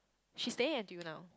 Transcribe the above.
she staying at N_T_U now